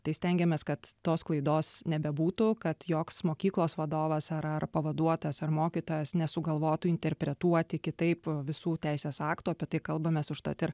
tai stengiamės kad tos klaidos nebebūtų kad joks mokyklos vadovas ar pavaduotojas ar mokytojas nesugalvotų interpretuoti kitaip visų teisės aktų apie tai kalbamės užtat ir